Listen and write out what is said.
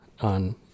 on